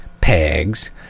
pegs